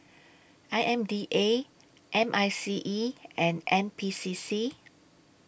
I M D A M I C E and N P C C